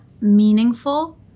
meaningful